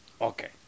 Okay